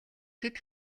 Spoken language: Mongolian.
хэд